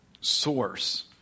source